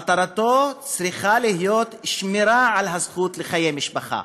מטרתו צריכה להיות שמירה על הזכות לחיי משפחה,